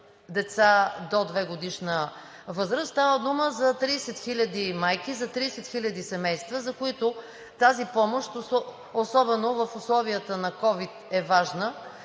деца до двегодишна възраст. Става дума за 30 000 майки, за 30 000 семейства, за които тази помощ, особено в условията на ковид е важна,